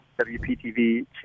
WPTV